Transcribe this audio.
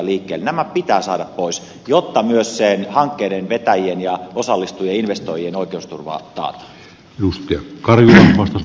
nämä pitää saada pois jotta myös niiden hankkeiden vetäjien ja osallistujien sekä investoijien oikeusturva taataan